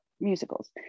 musicals